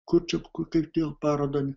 ko čia kodėl paroda